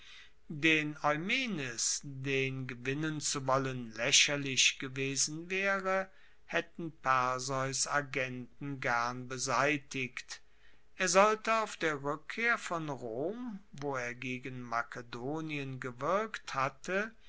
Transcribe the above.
den eumenes den gewinnen zu wollen laecherlich gewesen waere haetten perseus agenten gern beseitigt er sollte auf der rueckkehr von rom wo er gegen makedonien gewirkt hatte